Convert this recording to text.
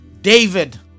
David